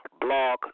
Blog